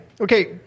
Okay